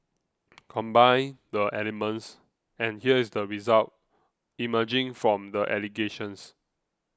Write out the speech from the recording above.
combine the elements and here is the result emerging from the allegations